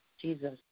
Jesus